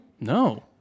No